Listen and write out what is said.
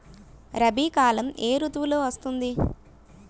రబీ కాలం ఏ ఋతువులో వస్తుంది?